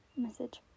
message